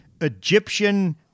Egyptian